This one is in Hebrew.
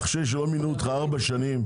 אחרי שלא מינו אותך ארבע שנים,